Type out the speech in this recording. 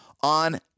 on